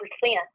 percent